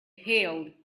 hailed